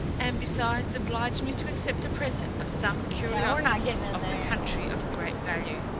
and besides obliged me to accept a present of some curiosities of the country of great value.